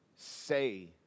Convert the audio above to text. say